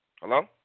Hello